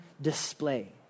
display